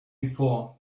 before